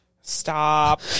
Stop